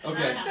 Okay